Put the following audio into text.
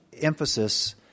emphasis